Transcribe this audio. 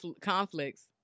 conflicts